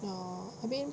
ya lor I mean